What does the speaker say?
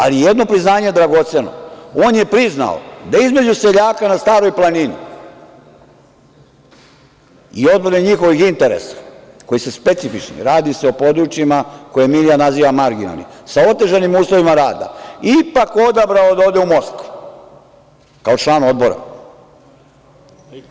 Ali, jedno je priznanje dragoceno, on je priznao da između seljaka na Staroj planini i odbrane njihovih interesa koji su specifični, radi se o područjima koje Milija naziva marginalnim, sa otežanim uslovima rada, ipak odabrao da ode u Moskvu kao član Odbora.